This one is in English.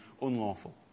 unlawful